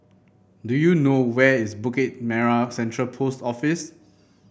do you know where is Bukit Merah Central Post Office